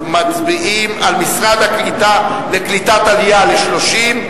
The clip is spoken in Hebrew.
מצביעים על המשרד לקליטת עלייה, סעיף 30,